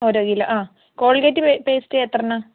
ഒരു കിലോ ആ Colgate paste എത്ര എണ്ണമാണ്